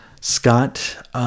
Scott